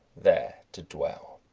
there to dwell.